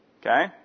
Okay